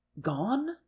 gone